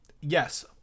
yes